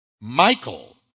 Michael